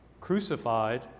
crucified